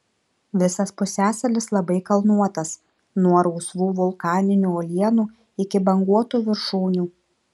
visas pusiasalis labai kalnuotas nuo rausvų vulkaninių uolienų iki banguotų viršūnių